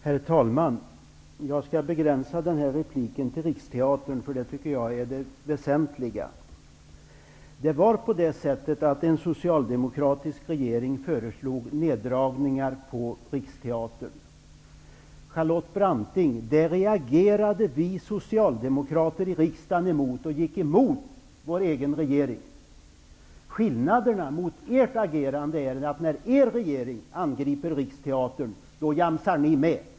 Herr talman! Jag skall begränsa den här repliken till frågan om Riksteatern, eftersom jag tycker att den är mest väsentlig. Charlotte Branting, det reagerade vi socialdemokrater i riksdagen emot. Vi gick alltså emot vår egen regering. Skillnaden mellan ert och vårt agerande är att när er regeringen angriper Riksteatern, då jamsar ni med.